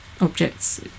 objects